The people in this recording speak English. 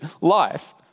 life